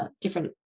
different